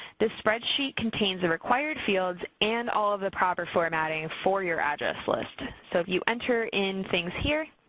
this spreadsheet contains the required fields and all of the proper formatting for your address list, so if you enter in things here,